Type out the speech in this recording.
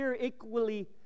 equally